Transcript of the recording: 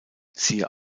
siehe